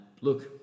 Look